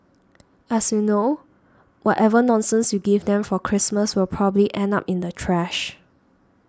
as you know whatever nonsense you give them for Christmas will probably end up in the trash